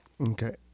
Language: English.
Okay